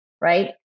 right